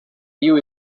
viu